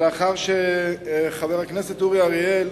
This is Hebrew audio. ולאחר שחבר הכנסת אורי אריאל,